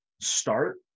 start